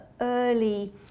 early